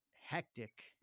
hectic